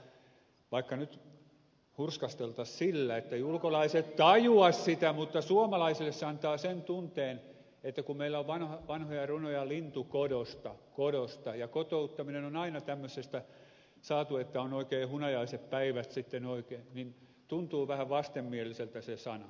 vaikka nyt hurskasteltaisiin sillä etteivät ulkomaalaiset tajua sitä suomalaisille se antaa sen tunteen kun meillä on vanhoja runoja lintukodosta ja kotouttaminen on tämmöisestä saatu että on oikein hunajaiset päivät sitten niin että tuntuu vähän vastenmieliseltä se sana